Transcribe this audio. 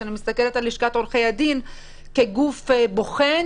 כשאני מסתכלת על לשכת עורכי הדין כגוף בוחן/